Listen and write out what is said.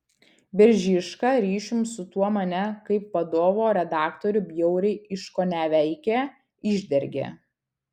biržiška ryšium su tuo mane kaip vadovo redaktorių bjauriai iškoneveikė išdergė